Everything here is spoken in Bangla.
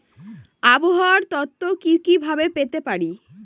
আবহাওয়ার তথ্য কি কি ভাবে পেতে পারি?